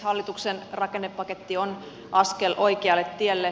hallituksen rakennepaketti on askel oikealle tielle